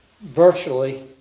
virtually